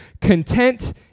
content